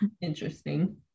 interesting